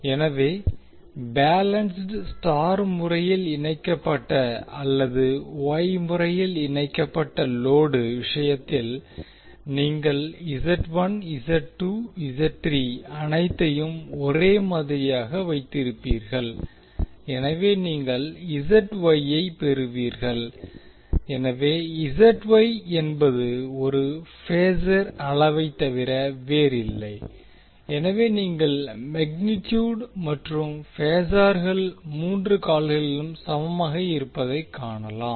எனவே balanced star முறையில் இணைக்கப்பட்ட அல்லது வொய் முறையில் இணைக்கப்பட்ட லோடு விஷயத்தில் நீங்கள் அனைத்தையும் ஒரே மாதிரியாக வைத்திருப்பீர்கள் எனவே நீங்கள் ஐப் பெறுவீர்கள் எனவே என்பது ஒரு பேஸர் அளவைத் தவிர வேறில்லை எனவே நீங்கள் மெக்னீடியூட் மற்றும் பேசார்கள் மூன்று கால்களிலும் சமமாக இருப்பதை காணலாம்